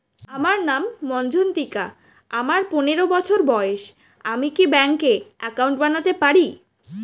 আমার নাম মজ্ঝন্তিকা, আমার পনেরো বছর বয়স, আমি কি ব্যঙ্কে একাউন্ট বানাতে পারি?